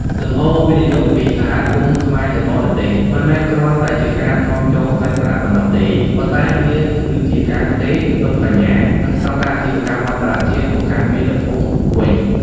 លំហូរវិនិយោគពី សហគមន៍ខ្មែរនៅបរទេស មិនមែនគ្រាន់តែជាការនាំចូលសាច់ប្រាក់ប៉ុណ្ណោះទេ ប៉ុន្តែវាគឺជាការផ្ទេរ ទុនបញ្ញា និងស្ដង់ដារអាជីវកម្មអន្តរជាតិមកកាន់មាតុភូមិវិញ។